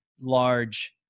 large